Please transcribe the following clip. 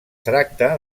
tracta